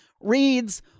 Reads